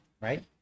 Right